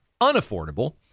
unaffordable